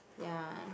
ya